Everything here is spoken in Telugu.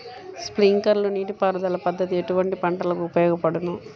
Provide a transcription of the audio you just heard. స్ప్రింక్లర్ నీటిపారుదల పద్దతి ఎటువంటి పంటలకు ఉపయోగపడును?